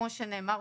כמו שנאמר,